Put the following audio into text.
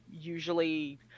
usually